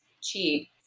cheap